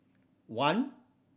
one